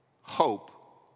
Hope